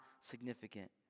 significant